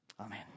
Amen